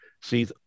see